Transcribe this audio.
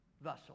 vessel